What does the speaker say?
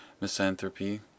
misanthropy